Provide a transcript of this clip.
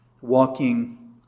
walking